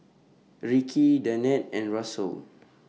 Rikki Danette and Russel